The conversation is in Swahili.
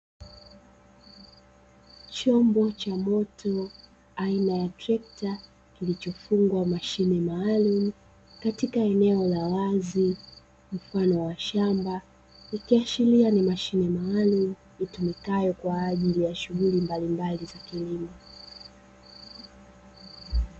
Chombo cha moto aina ya trekta kilichofungwa mashine maalumu katika eneo la wazi mfano wa shamba ikiashiria ni mashine maalumu itumikayo kwa ajili ya shughuli mbalimbali za kilimo.